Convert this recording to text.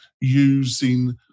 using